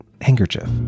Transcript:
handkerchief